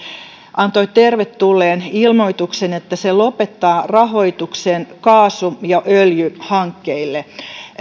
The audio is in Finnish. antoi tervetulleen ilmoituksen että se lopettaa rahoituksen kaasu ja öljyhankkeille